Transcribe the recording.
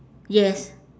yes